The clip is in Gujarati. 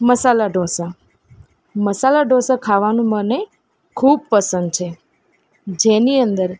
મસાલા ઢોસા મસાલા ઢોસા ખાવાનું મને ખૂબ પસંદ છે જેની અંદર